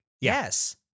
Yes